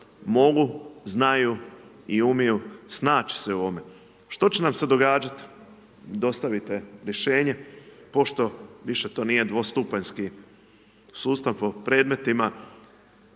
mogu, znaju i umiju snaći se u ovome. Što će nam se događati? Dostavite rješenje, pošto više to nije dvostupanjski sustav po predmetima,